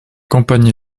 campagne